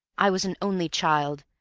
i was an only child.